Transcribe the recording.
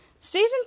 season